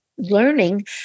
learning